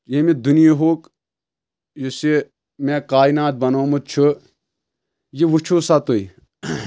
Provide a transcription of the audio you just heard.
ییٚمہِ دُنیہُک یُس یہِ مےٚ کانیات بَنوٚومُت چھُ یہِ وٕچھِو سا تُہۍ